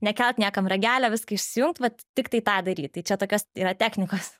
nekelt niekam ragelio viską isijungt vat tiktai tą daryt tai čia tokios yra technikos